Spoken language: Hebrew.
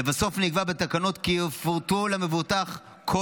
לבסוף נקבע בתקנות כי יפורטו למבוטח כל